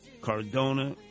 Cardona